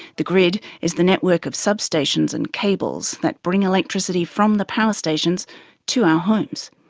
the grid is the network of substations and cables that bring electricity from the power stations to our homes.